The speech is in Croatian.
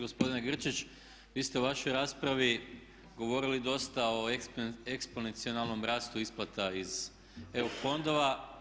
Gospodine Grčić vi ste u vašoj raspravi govorili dosta o eksponencijalnom rastu isplata iz EU fondova.